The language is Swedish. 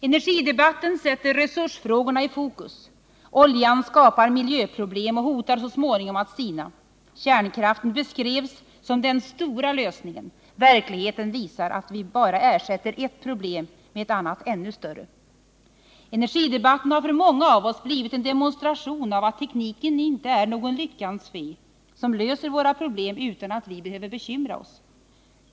Energidebatten sätter resursfrågorna i fokus. Oljan skapar miljöproblem och hotar så småningom att sina. Kärnkraften beskrevs som den stora lösningen. Verkligheten visar att vi bara ersätter ett problem med ett annat, ännu större. Energidebatten har för många av oss blivit en demonstration av att tekniken inte är någon lyckans fe som löser våra problem utan att vi behöver bekymra oss.